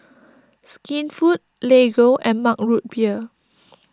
Skinfood Lego and Mug Root Beer